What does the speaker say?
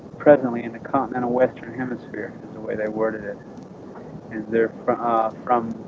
presently in the continental western hemisphere is the way they worded it and they're ah from